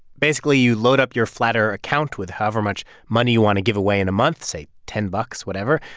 basically, you load up your flattr account with however much money you want to give away in a month, say, ten bucks, whatever.